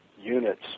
units